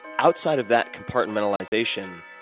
outside of that compartmentalization,